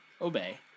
obey